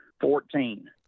Fourteen